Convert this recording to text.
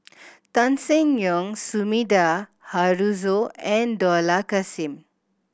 Tan Seng Yong Sumida Haruzo and Dollah Kassim